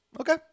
Okay